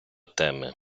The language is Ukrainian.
теми